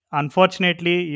unfortunately